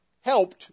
helped